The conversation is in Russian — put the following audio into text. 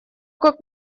как